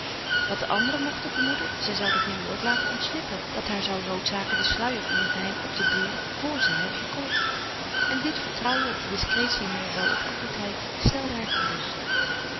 wat de anderen mochten vermoeden zij zouden geen woord laten ontslippen dat haar zou noodzaken den sluier van hun geheim op te beuren vr zij het verkoos en dit vertrouwen op de discretie hunner welopgevoedheid stelde haar gerust